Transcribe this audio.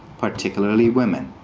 particularly women.